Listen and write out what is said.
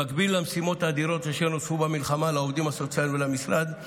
במקביל למשימות האדירות אשר נוספו במלחמה לעובדים הסוציאליים ולמשרד,